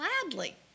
Gladly